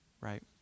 right